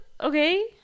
Okay